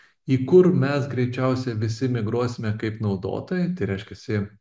į kur mes greičiausiai visi migruosime kaip naudotojai tai reiškiasi